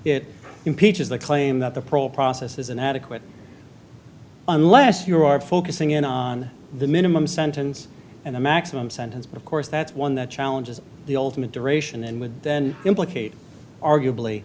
impeaches the claim that the pro process is inadequate unless you are focusing in on the minimum sentence and a maximum sentence of course that's one that challenges the ultimate duration and would then implicate arguably